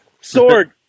Sword